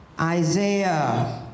Isaiah